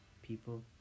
People